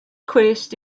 cwest